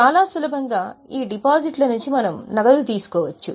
చాలా సులభంగా ఈ డిపాజిట్ల నుంచి మన నగదు తీసుకోవచ్చు